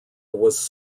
was